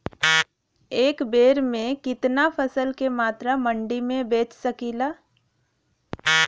एक बेर में कितना फसल के मात्रा मंडी में बेच सकीला?